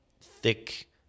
thick